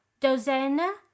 dozena